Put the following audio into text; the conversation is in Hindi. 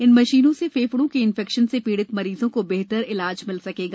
इन मशीनों से फेफड़ों के इन्फेक्शन से पीड़ित मरीजों को बेहतर इलाज मिल सकेगा